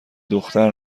دختر